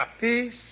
Peace